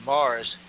Mars